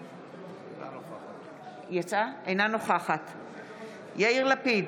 אינה נוכחת יאיר לפיד,